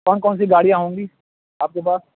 کون کون سی گاڑیاں ہوں گی آپ کے پاس